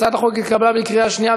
הצעת החוק נתקבלה בקריאה שנייה.